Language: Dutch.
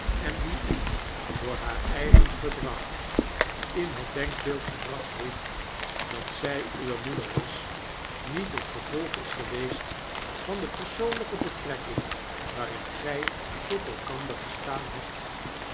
en die u door haar eigen gedrag in het denkbeeld gebracht heeft dat zij uwe moeder was niet het gevolg is geweest van de persoonlpe betrekking waarin gg tot elkander gestaan hebt